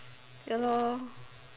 ya lor